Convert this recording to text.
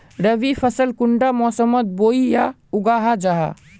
रवि फसल कुंडा मोसमोत बोई या उगाहा जाहा?